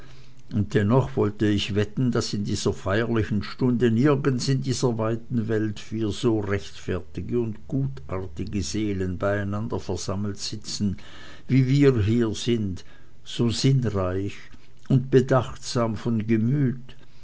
und dennoch wollte ich wetten daß in dieser feierlichen stunde nirgends in dieser weiten welt vier so rechtfertige und gutartige seelen beieinander versammelt sitzen wie wir hier sind so sinnreich und bedachtsam von gemüt